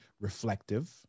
reflective